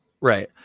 Right